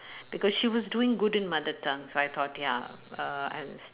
because she was doing good in mother tongue so I thought ya uh and